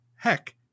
Heck